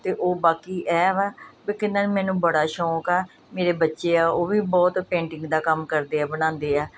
ਤੇ ਉਹ ਬਾਕੀ ਐ ਵਾ ਵੀ ਕਿੰਨਾ ਨੇ ਮੈਨੂੰ ਬੜਾ ਸ਼ੌਂਕ ਆ ਮੇਰੇ ਬੱਚੇ ਆ ਉਹ ਵੀ ਬਹੁਤ ਪੇਂਟਿੰਗ ਦਾ ਕੰਮ ਕਰਦੇ ਆ ਬਣਾਉਂਦੇ ਆ